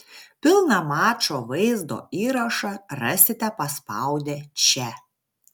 pilną mačo vaizdo įrašą rasite paspaudę čia